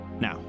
Now